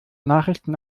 nachrichten